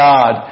God